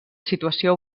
situació